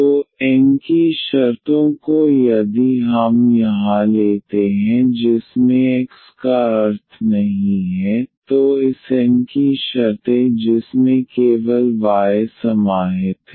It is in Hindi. तो N की शर्तों को यदि हम यहाँ लेते हैं जिसमें x का अर्थ नहीं है तो इस N की शर्तें जिसमें केवल y समाहित है